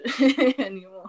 anymore